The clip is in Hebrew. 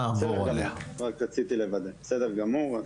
בסדר גמור.